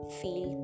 feel